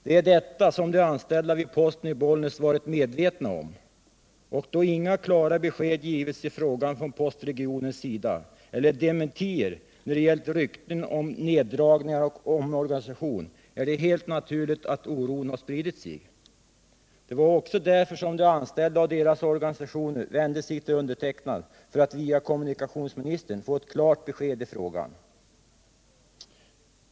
Det är detta som de anställda vid posten i Bollnäs varit medvetna om, och då postregionen inte givit några klara besked i frågan eller utfärdat några dementier när det gällt rykten om neddragningar och omorganisation är det helt naturligt att oron spritt sig. Det var också därför som de anställda och deras organisationer vände sig till mig för att via kommunikationsministern få ett klart besked i frågan.